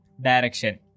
direction